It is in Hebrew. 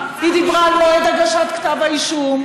היא דיברה על מועד הגשת כתב האישום.